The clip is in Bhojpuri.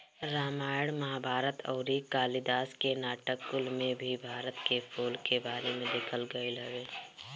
रामायण महाभारत अउरी कालिदास के नाटक कुल में भी भारत के फूल के बारे में लिखल गईल हवे